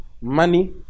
money